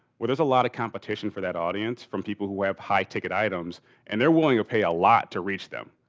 well, there's a lot of competition for that audience from people who have high ticket items and they're willing to pay a lot to reach them.